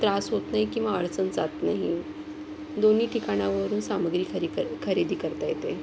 त्रास होत नाही किंवा अडचण जात नाही दोन्ही ठिकाणावरून सामग्री खरी क खरेदी करता येते